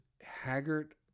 Haggard